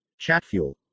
ChatFuel